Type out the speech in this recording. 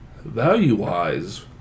Value-wise